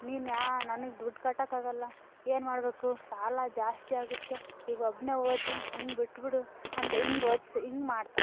ನೀನು ಯಾ ನನಗೆ ದುಡ್ಡು ಕಟ್ಟೋಕ್ಕಾಗಲ್ಲ ಏನು ಮಾಡಬೇಕು ಸಾಲ ಜಾಸ್ತಿ ಆಗುತ್ತೆ ಈಗ ಒಬ್ಬನೇ ಓದಲಿ ನೀನು ಬಿಟ್ಟುಬಿಡು ಅಂತ ಹಿಂಗ್ ಓದಿಸಿ ಹಿಂಗ್ ಮಾಡ್ತಾರೆ